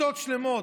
כיתות שלמות,